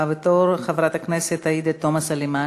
הבאה בתור, חברת הכנסת עאידה תומא סלימאן.